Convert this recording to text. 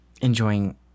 enjoying